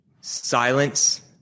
silence